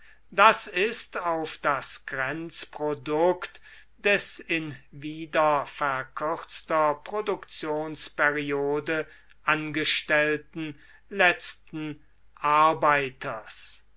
das ist auf das grenzprodukt des in wieder verkürzter produktionsperiode angestellten letzten arbeiters